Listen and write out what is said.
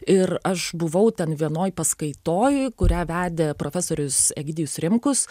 ir aš buvau ten vienoj paskaitoj kurią vedė profesorius egidijus rimkus